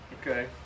Okay